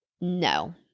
No